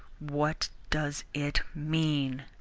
what does it mean?